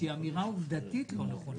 שהיא אמירה עובדתית לא נכונה.